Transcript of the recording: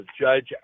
judge